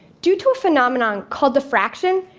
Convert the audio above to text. due to a phenomenon called diffraction,